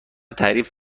تعریف